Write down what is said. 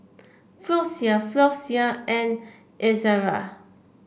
Floxia Floxia and Ezerra